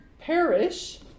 perish